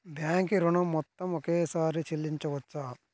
Bank ఋణం మొత్తము ఒకేసారి చెల్లించవచ్చా?